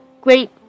great